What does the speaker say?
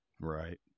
Right